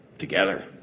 together